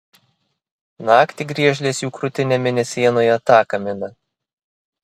naktį griežlės jų krūtinėm mėnesienoje taką mina